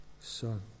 Son